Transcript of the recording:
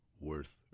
worth